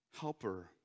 helper